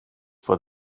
for